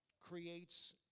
creates